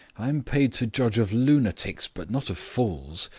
i'm paid to judge of lunatics, but not of fools.